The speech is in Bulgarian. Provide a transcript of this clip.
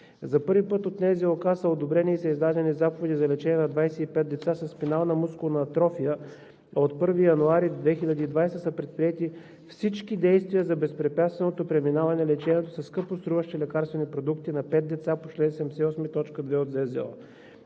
За първи път от НЗОК са одобрени и са издадени заповеди за лечението на 25 деца със спинална мускулна атрофия, а от 1 януари 2020 г. са предприети всички действия за безпрепятственото преминаване лечението със скъпоструващи лекарствени продукти на 5 деца по чл. 78, т.